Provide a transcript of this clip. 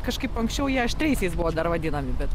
kažkaip anksčiau jie aštriaisiais buvo dar vadinami bet